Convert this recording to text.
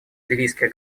ливийских